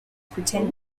pretend